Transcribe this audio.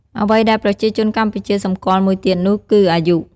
អ្វីដែលប្រជាជនកម្ពុជាសម្គាល់មួយទៀតនោះគឺ អាយុ។